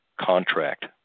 contract